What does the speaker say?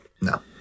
No